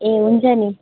ए हुन्छ नि